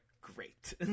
Great